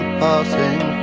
passing